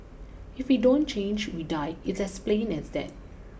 if we don't change we die it's as plain as that